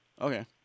Okay